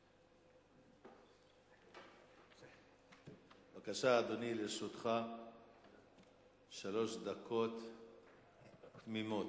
בבקשה, אדוני, לרשותך שלוש דקות תמימות.